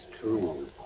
true